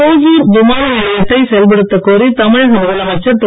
ஒதர் விமான நிலையத்தை செயல்படுத்தக் கோரி தமிழக முதலமைச்சர் திரு